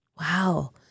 Wow